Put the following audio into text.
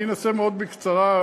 אני אנסה מאוד בקצרה.